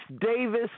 Davis